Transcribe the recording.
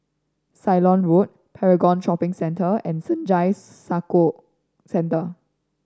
Ceylon Road Paragon Shopping Centre and Senja Soka Centre